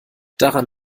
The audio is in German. daran